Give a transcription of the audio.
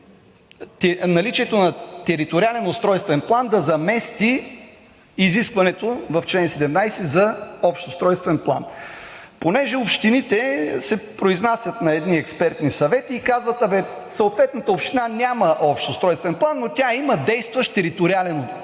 наличието на териториален устройствен план не може да замести изискването в чл. 17 за общ устройствен план. Понеже общините се произнасят на едни експертни съвети, казват: съответната община няма общ устройствен план, но тя има действащ териториален